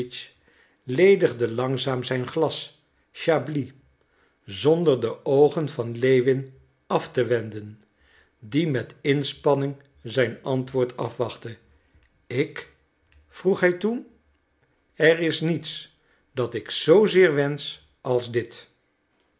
arkadiewitsch ledigde langzaam zijn glas chablis zonder de oogen van lewin af te wenden die met inspanning zijn antwoord afwachtte ik vroeg hij toen er is niets dat ik zoozeer wensch als dit